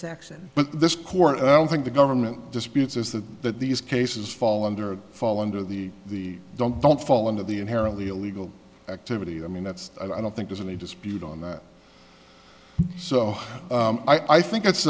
section but this court i don't think the government disputes is that that these cases fall under fall under the the don't don't fall into the inherently illegal activity i mean that's i don't think there's any dispute on that so i think it's